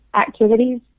activities